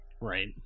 right